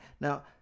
Now